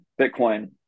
Bitcoin